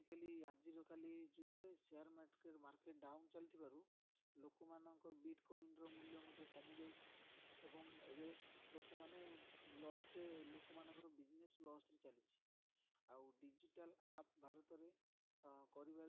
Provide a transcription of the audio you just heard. ଆଜିକାଲି ଆଜିର କାଲି ଯୁଗରେ ସେୟାର୍ ମାର୍କେଟ୍ ମାର୍କେଟ୍ ଡ଼ାଉନ୍ ଚାଲିଥିବାରୁ ଲୋକମାନଙ୍କର ବିଟ୍କଏନ୍ର ମୂଲ୍ୟ ମଧ୍ୟ କମିଯାଇଛି ଏବଂ ଏବେ ଲୋକମାନେ ଲସ୍ରେ ଲୋକମାନଙ୍କର ବିଜନେସ୍ ଲସ୍ରେ ଚାଲିଛି ଆଉ ଡ଼ିଜିଟାଲ୍ ଆପ୍ ଭାରତରେ କରିବାର ବହୁତ